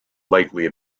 likely